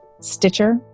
Stitcher